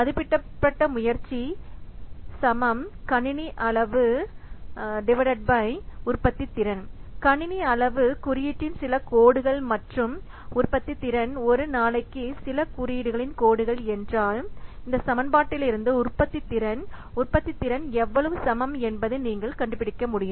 மதிப்பிடப்பட்ட முயற்சி கணினி அளவு உற்பத்தித்திறன் கணினி அளவு குறியீட்டின் சில கோடுகள் மற்றும் உற்பத்தித்திறன் ஒரு நாளைக்கு சில குறியீடுகளின் கோடுகள் என்றால் இந்த சமன்பாட்டிலிருந்து உற்பத்தித்திறன் உற்பத்தித்திறன் எவ்வளவு சமம் என்பதை நீங்கள் கண்டுபிடிக்க முடியும்